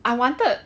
I wanted